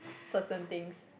certain things